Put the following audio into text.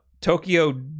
Tokyo